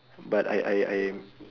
but I I I'm